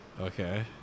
Okay